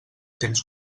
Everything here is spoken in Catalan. temps